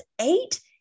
eight